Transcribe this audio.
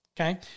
okay